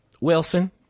Wilson